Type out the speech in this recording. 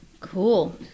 Cool